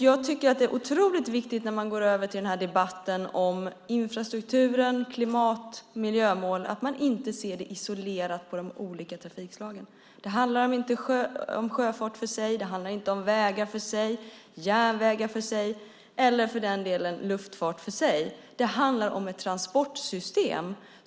Jag tror att det är oerhört viktigt när man debatterar infrastrukturen och klimat och miljömålen att inte se de olika trafikslagen isolerade. Det handlar inte om sjöfart för sig, vägar för sig, järnvägar för sig eller, för den delen, luftfart för sig. Det handlar om ett transportsystem.